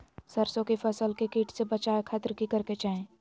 सरसों की फसल के कीट से बचावे खातिर की करे के चाही?